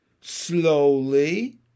slowly